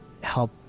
help